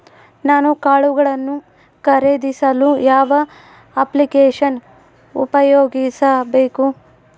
ನಾನು ಕಾಳುಗಳನ್ನು ಖರೇದಿಸಲು ಯಾವ ಅಪ್ಲಿಕೇಶನ್ ಉಪಯೋಗಿಸಬೇಕು?